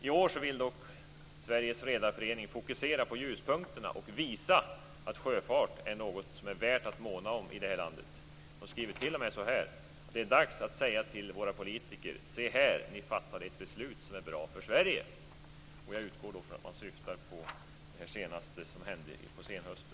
I år vill vi dock fokusera på ljuspunkterna och visa att sjöfart är något som är värt att måna om i det här landet." Man skriver t.o.m. så här: "Det är dags att säga till våra politiker: - Se här, ni fattade ett beslut som är bra för Sverige!" Jag utgår då från att man syftar på det som hände på senhösten i fjol.